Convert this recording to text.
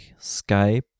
Skype